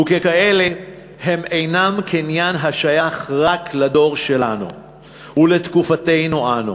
ככאלה הם אינם קניין השייך רק לדור שלנו ולתקופתנו אנו,